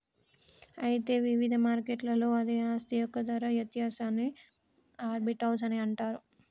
అయితే వివిధ మార్కెట్లలో అదే ఆస్తి యొక్క ధర వ్యత్యాసాన్ని ఆర్బిటౌజ్ అని అంటారు